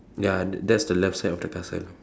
ya that's the left side of the castle